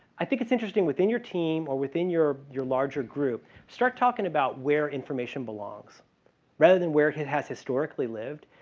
i think it's interesting within your team or within your your larger group, start talking about where information belongs rather than where it it has historically lived,